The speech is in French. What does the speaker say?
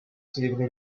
célébrer